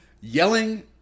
yelling